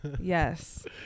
Yes